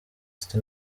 city